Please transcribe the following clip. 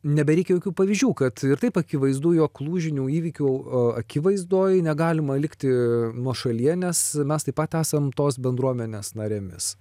nebereikia jokių pavyzdžių kad ir taip akivaizdu jog lūžinių įvykių akivaizdoj negalima likti nuošalyje nes mes taip pat esam tos bendruomenės narėmis